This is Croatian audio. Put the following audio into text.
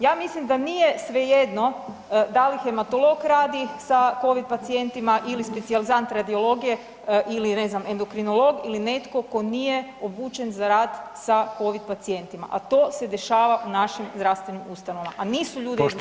Ja mislim da nije svejedno da li hematolog radi sa covid pacijentima ili specijalizant radiologije ili ne znam endokrinolog ili netko tko nije obučen za rad sa covid pacijentima, a to se dešava u našim zdravstvenim ustanovama, a nisu ljudi educirani.